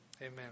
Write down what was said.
amen